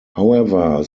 however